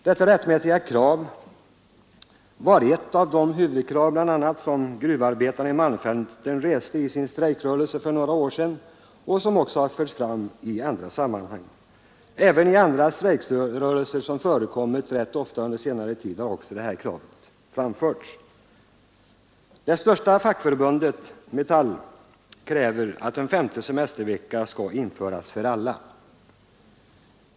Detta rättmätiga krav var ett av de huvudkrav som gruvarbetarna i malmfälten reste i sin strejkrörelse för några år sedan, och det har också förts fram i andra sammanhang. Även i andra strejkrörelser som förekommit rätt ofta under senare tid har detta krav framförts. Det största fackförbundet, Metall, kräver att en femte semestervecka skall införas för alla.